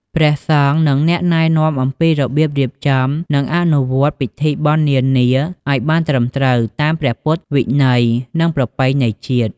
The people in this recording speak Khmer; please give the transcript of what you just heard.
ព្រះសង្ឃនឹង ណែនាំអំពីរបៀបរៀបចំ និងអនុវត្តពិធីបុណ្យនានាឲ្យបានត្រឹមត្រូវ តាមព្រះពុទ្ធវិន័យ និងប្រពៃណីជាតិ។